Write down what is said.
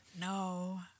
No